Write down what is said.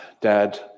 Dad